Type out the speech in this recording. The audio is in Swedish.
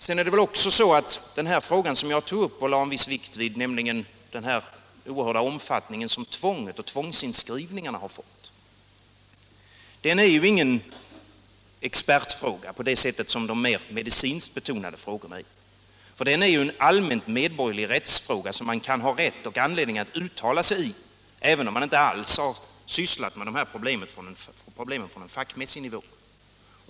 Sedan är det väl också så, att den här frågan som jag tog upp och lade en viss vikt vid, nämligen den oerhörda omfattningen som tvånget och tvångsinskrivningarna har fått, inte är någon expertfråga på samma sätt som de mer medicinskt betonade frågorna. Den är ju en allmänt medborgerlig rättsfråga som man kan ha rätt och anledning att uttala sig i, även om man inte alls har sysslat med problemen på fackmässig nivå.